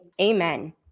Amen